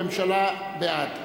הממשלה בעד.